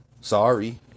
Sorry